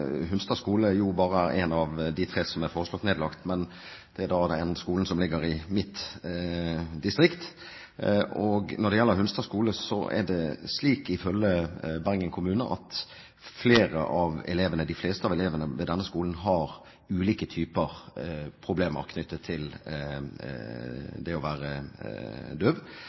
Hunstad skole bare er en av de tre skolene som er foreslått nedlagt, men det er den skolen som ligger i mitt distrikt. Når det gjelder Hunstad skole, er det slik, ifølge Bergen kommune, at de fleste av elevene ved denne skolen har ulike typer problemer knyttet til det å være